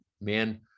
Man